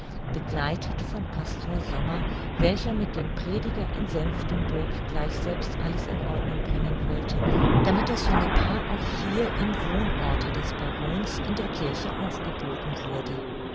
begleitet von pastor sommer welcher mit dem prediger in senftenburg gleich selbst alles in ordnung bringen wollte damit das junge paar auch hier im wohnorte des barons in der kirche aufgeboten wurde